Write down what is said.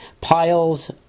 Piles